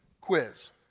Quiz